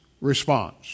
response